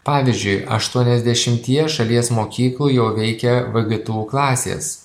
pavyzdžiui aštuoniasdešimtyje šalies mokyklų jau veikia vgtu klasės